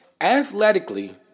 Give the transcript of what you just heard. Athletically